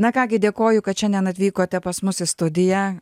na ką gi dėkoju kad šiandien atvykote pas mus į studiją